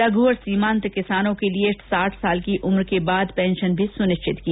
लघु और सीमान्त किसानों के लिए साठ वर्ष की उम्र के बाद पेंशन भी सुनिश्चित की जाएगी